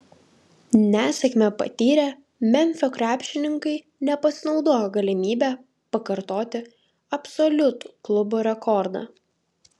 nesėkmę patyrę memfio krepšininkai nepasinaudojo galimybe pakartoti absoliutų klubo rekordą